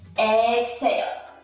exhale,